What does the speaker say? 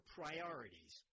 priorities